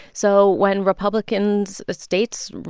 so when republicans' states,